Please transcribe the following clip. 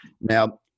Now